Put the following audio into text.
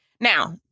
Now